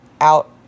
out